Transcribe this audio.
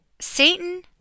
Satan